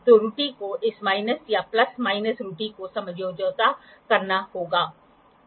तो हम यहां जो करते हैं वह एक स्लिप गेज है जो आप रोलर के एक छोर पर लगाते हैं इसलिए मूल रूप से आप जो करते हैं वह है आप रखते हैं और ऊंचाई